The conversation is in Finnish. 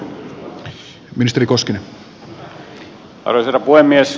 arvoisa herra puhemies